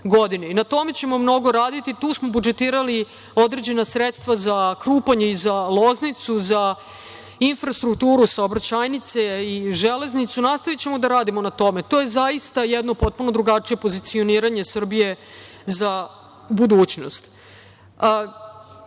tome ćemo mnogo raditi. Tu smo budžetirali određena sredstva za Krupanj, za Loznicu, infrastrukturu, saobraćajnice i železnicu. Nastavićemo da radimo na tome. To je zaista jedno potpuno drugačije pozicioniranje Srbije za budućnost. Još